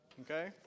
Okay